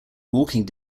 walking